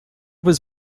was